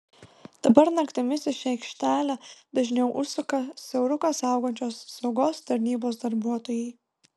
dabar naktimis į šią aikštelę dažniau užsuka siauruką saugančios saugos tarnybos darbuotojai